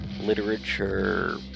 literature